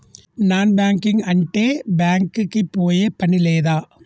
Non banking అంటే bank కి పోయే పని లేదా?